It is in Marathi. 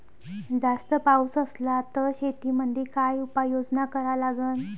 जास्त पाऊस असला त शेतीमंदी काय उपाययोजना करा लागन?